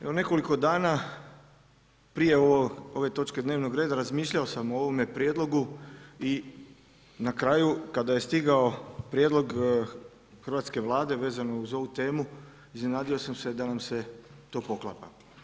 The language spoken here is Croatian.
Evo nekoliko dana prije ove točke dnevnog reda, razmišljao sam o ovome prijedlogu i na kraju kada je stigao prijedlog hrvatske Vlade vezano uz ovu temu, iznenadio sam se da nam se to poklapa.